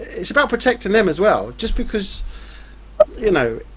it's about protecting them as well. just because you know